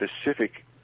specific